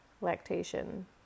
lactation